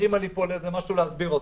הרימה לי פה לאיזה משהו להסביר אותו.